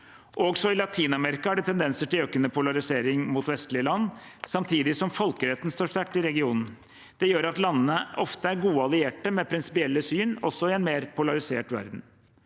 Også i Latin-Amerika er det tendenser til økende polarisering mot vestlige land, samtidig som folkeretten står sterkt i regionen. Det gjør at landene ofte er gode allierte med prinsipielle syn, også i en mer polarisert verden.